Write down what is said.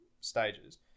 stages